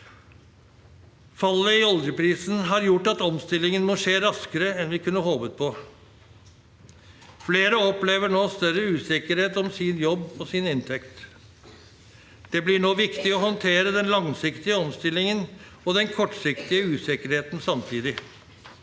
Fallet i oljeprisen har gjort at omstillingen må skje raskere enn vi kunne håpet på. Flere opplever nå større usikkerhet om sin jobb og sin inntekt. Det blir nå viktig å håndtere den langsiktige omstillingen og den kortsiktige usikkerheten samtidig.